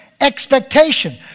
expectation